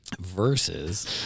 versus